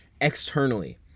externally